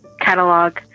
catalog